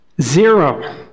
zero